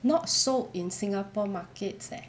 not sold in singapore markets